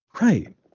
Right